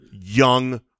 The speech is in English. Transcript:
young